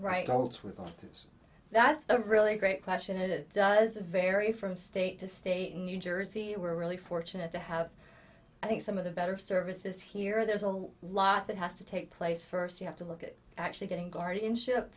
with that's a really great question and it does vary from state to state in new jersey we're really fortunate to have i think some of the better services here there's a lot that has to take place first you have to look at actually getting guardianship